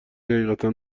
حقیقتا